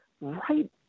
right